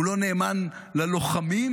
הוא לא נאמן ללוחמים,